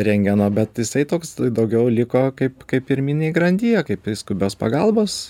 rentgeno bet jisai toks daugiau liko kaip kaip pirminėj grandyje kaip į skubios pagalbos